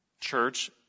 Church